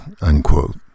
unquote